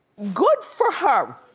good for her,